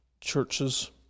churches